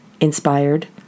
inspired